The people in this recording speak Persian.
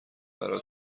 برا